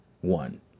One